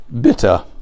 bitter